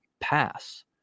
pass